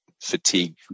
fatigue